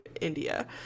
India